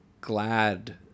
glad